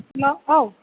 hello औ